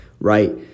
right